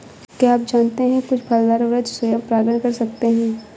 क्या आप जानते है कुछ फलदार वृक्ष स्वयं परागण कर सकते हैं?